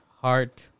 heart